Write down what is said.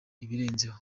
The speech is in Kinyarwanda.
ibirenzeho